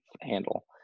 handle